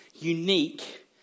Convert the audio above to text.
Unique